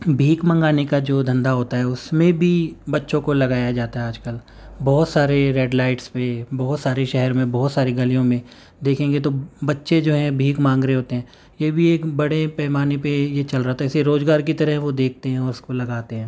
بھیک منگانے کو جو دھندا ہوتا ہے اس میں بھی بچوں کو لگایا جاتا ہے آج کل بہت سارے ریڈ لائٹس پہ بہت سارے شہر میں بہت ساری گلیوں میں دیکھیں گے تو بچے جو ہیں بھیک مانگ رہے ہوتے ہیں یہ بھی ایک بڑے پیمانے پہ یہ چل رہا ہوتا ہے اسے روزگار کی طرح وہ دیکھتے ہیں اور اس کو لگاتے ہیں